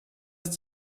ist